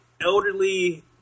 elderly